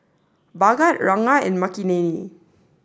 Bhagat Ranga and Makineni